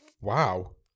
Wow